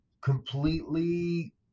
completely